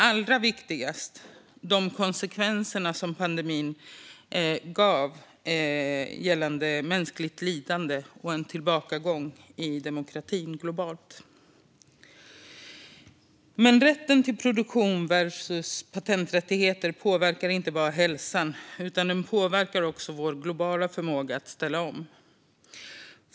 Allra viktigast är dock de konsekvenser som pandemin hade i form av mänskligt lidande och en tillbakagång av demokratin globalt. Rätten att producera versus patenträttigheter påverkar dock inte bara hälsan, utan den påverkar också vår globala förmåga att ställa om.